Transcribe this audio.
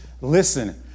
listen